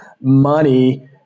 money